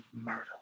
murder